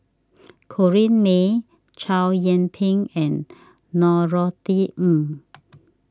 Corrinne May Chow Yian Ping and Norothy Ng